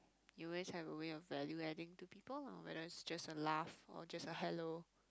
you always have a way of value adding to people lah whether it's just a laugh or just a hello